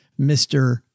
Mr